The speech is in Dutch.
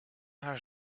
haar